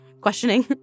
questioning